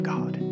God